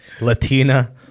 Latina